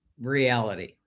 reality